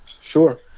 Sure